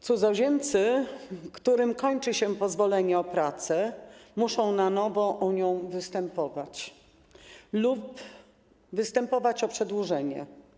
Cudzoziemcy, którym kończy się pozwolenie na pracę, muszą na nowo o nie występować lub występować o jego przedłużenie.